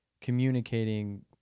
communicating